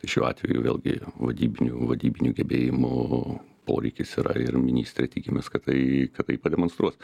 šiuo atveju vėlgi vadybinių vadybinių gebėjimų poreikis yra ir ministrė tikimės kad tai kad tai pademonstruos